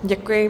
Děkuji.